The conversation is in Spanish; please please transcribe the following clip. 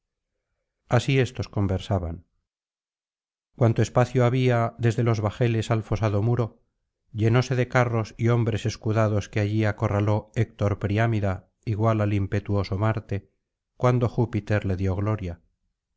así éstos conversaban cuanto espacio había desde los bajeles al fosado muro llenóse de carros y hombres escudados que allí acorraló héctor priámida igual al impetuoso marte cuando júpiter le dio gloria